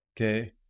Okay